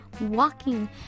walking